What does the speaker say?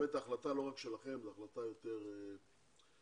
רק החלטה שלכם אלא זאת החלטה יותר כללית.